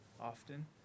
often